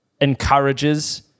encourages